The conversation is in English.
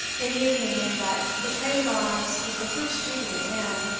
in the opinion that the trade of arms was the first duty of man,